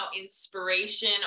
inspiration